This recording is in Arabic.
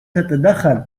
تتدخل